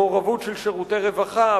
מעורבות של שירותי רווחה,